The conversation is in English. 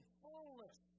fullness